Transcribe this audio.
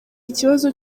ikibazo